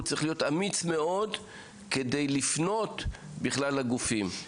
הוא צריך להיות אמיץ מאוד כדי לפנות בכלל לגופים,